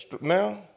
now